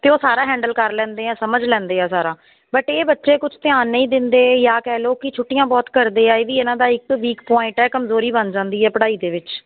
ਅਤੇ ਉਹ ਸਾਰਾ ਹੈਂਡਲ ਕਰ ਲੈਂਦੇ ਆ ਸਮਝ ਲੈਂਦੇ ਆ ਸਾਰਾ ਬਟ ਇਹ ਬੱਚੇ ਕੁਝ ਧਿਆਨ ਨਹੀਂ ਦਿੰਦੇ ਜਾਂ ਕਹਿ ਲਓ ਕਿ ਛੁੱਟੀਆਂ ਬਹੁਤ ਕਰਦੇ ਆ ਇਹ ਵੀ ਇਹਨਾਂ ਦਾ ਇੱਕ ਵੀਕ ਪੁਆਇੰਟ ਹੈ ਕਮਜ਼ੋਰੀ ਬਣ ਜਾਂਦੀ ਹੈ ਪੜ੍ਹਾਈ ਦੇ ਵਿੱਚ